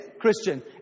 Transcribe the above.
Christian